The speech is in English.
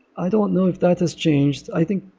i don't know if that has changed. i think